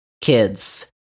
Kids